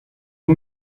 ont